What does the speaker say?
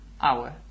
hour